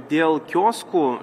dėl kioskų